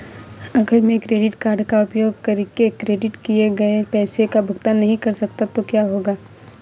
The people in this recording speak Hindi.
अगर मैं क्रेडिट कार्ड का उपयोग करके क्रेडिट किए गए पैसे का भुगतान नहीं कर सकता तो क्या होगा?